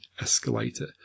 escalator